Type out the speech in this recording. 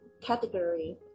category